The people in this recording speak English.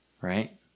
right